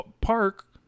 Park